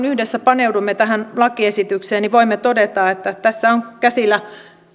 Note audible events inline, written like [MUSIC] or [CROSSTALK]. [UNINTELLIGIBLE] yhdessä paneudumme tähän lakiesitykseen voimme todeta että tässä on käsillä